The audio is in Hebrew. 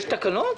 יש תקנות?